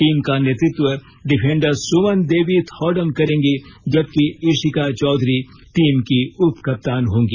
team का नेतृत्व defender Suman Devi Thoudam करेंगी जबकि इशिका चौधरी टीम की उप कप्तान होंगी